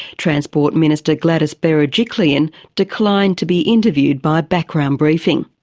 transport minister gladys berejiklian declined to be interviewed by background briefing.